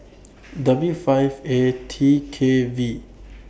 W five A T K V